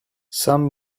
some